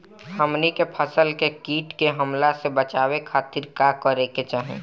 हमनी के फसल के कीट के हमला से बचावे खातिर का करे के चाहीं?